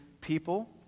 people